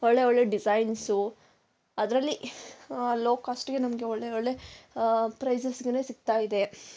ಒಳ್ಳೆ ಒಳ್ಳೆ ಡಿಸೈನ್ಸು ಅದರಲ್ಲಿ ಲೋ ಕಾಸ್ಟಿಗೆ ನಮಗೆ ಒಳ್ಳೆ ಒಳ್ಳೆ ಪ್ರೈಸಸ್ಗೆನೆ ಸಿಗ್ತಾಯಿದೆ